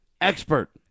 expert